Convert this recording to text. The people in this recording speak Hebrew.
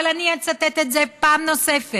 אבל אני אצטט את זה פעם נוספת,